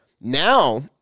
Now